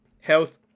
health